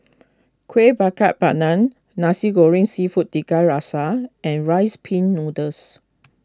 Kueh Bakar Pandan Nasi Goreng Seafood Tiga Rasa and Rice Pin Noodles